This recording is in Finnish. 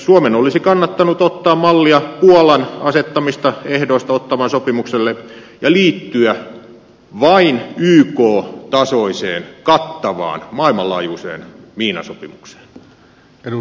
suomen olisi kannattanut ottaa mallia puolan asettamista ehdoista ottawan sopimukselle ja liittyä vain yk tasoiseen kattavaan maailmanlaajuiseen miinasopimukseen